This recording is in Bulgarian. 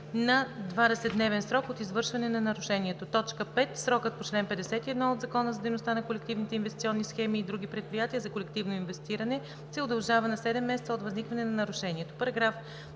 на 20-дневен срок от извършване на нарушението; 5. срокът по чл. 51 от Закона за дейността на колективните инвестиционни схеми и други предприятия за колективно инвестиране се удължава на 7 месеца от възникване на нарушението. § 48.